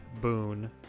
Boone